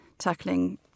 tackling